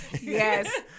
Yes